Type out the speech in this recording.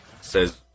says